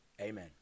Amen